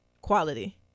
Quality